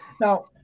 Now